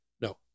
No